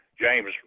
James